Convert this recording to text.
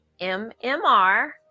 MMR